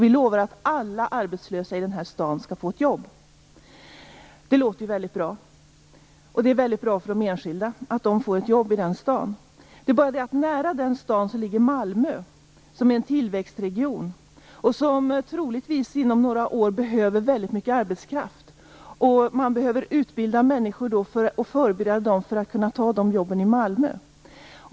Vi lovar att alla arbetslösa i den här staden skall få ett jobb. Det låter väldigt bra, och det är väldigt bra för de enskilda att få ett jobb i den staden. Det är bara det att Malmö ligger nära den staden. Malmö är en tillväxtregion som inom några år troligtvis behöver mycket arbetskraft. Man behöver utbilda människor och förbereda dem, så att de kan ta jobben i Malmö.